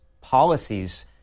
policies